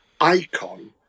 Icon